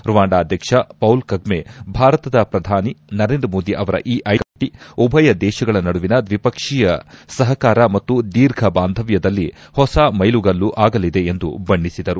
Rwanda ಅಧ್ಯಕ್ಷ Paul Kagame ಭಾರತದ ಪ್ರಧಾನಿ ನರೇಂದ್ರ ಮೋದಿ ಅವರ ಈ ಐತಿಹಾಸಿಕ ಭೇಟ ಉಭಯ ದೇಶಗಳ ನಡುವಿನ ದ್ವಿಪಕ್ಷೀಯ ಸಹಕಾರ ಮತ್ತು ದೀರ್ಘ ಬಾಂಧವ್ಯದಲ್ಲಿ ಹೊಸ ಮೈಲುಗಲ್ಲಾಗಲಿದೆ ಎಂದು ಬಣ್ಣಿಸಿದರು